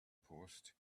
post